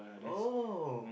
oh